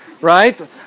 right